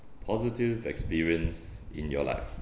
positive experience in your life